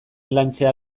lantzea